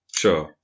sure